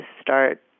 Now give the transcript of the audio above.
start